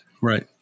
Right